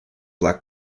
black